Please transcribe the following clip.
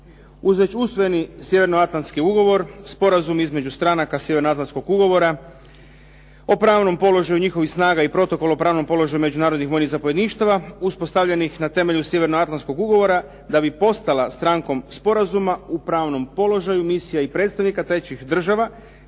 Uz već usvojeni Sjevernoatlantski ugovor, sporazum između stranaka Sjevernoatlantskog ugovora o pravnom položaju njihovih snaga i Protokol o pravnom položaju međunarodnih vojnih zapovjedništava uspostavljenih na temelju Sjevernoatlantskog ugovora da bi postala strankom sporazuma u pravnom položaju misija i predstavnika trećih država